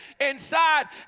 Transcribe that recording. inside